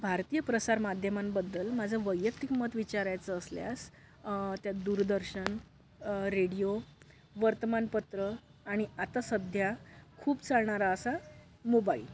भारतीय प्रसारमाध्यमांबद्दल माझं वैयक्तिक मत विचारायचं असल्यास त्यात दूरदर्शन रेडिओ वर्तमानपत्र आणि आता सध्या खूप चालणारा असा मोबाइल